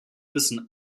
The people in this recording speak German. wissen